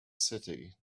city